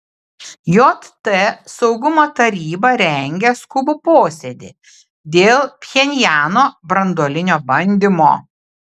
jt saugumo taryba rengia skubų posėdį dėl pchenjano branduolinio bandymo